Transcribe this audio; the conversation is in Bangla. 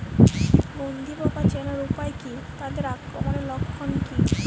গন্ধি পোকা চেনার উপায় কী তাদের আক্রমণের লক্ষণ কী?